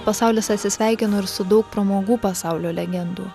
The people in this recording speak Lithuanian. pasaulis atsisveikino ir su daug pramogų pasaulio legendų